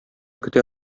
көтә